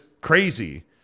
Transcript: crazy